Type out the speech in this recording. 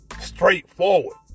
straightforward